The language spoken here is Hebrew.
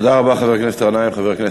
תודה רבה, חבר הכנסת גנאים.